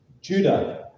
Judah